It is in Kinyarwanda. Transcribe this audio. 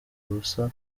ubusa